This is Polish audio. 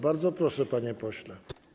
Bardzo proszę, panie pośle.